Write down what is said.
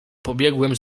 pobiegłem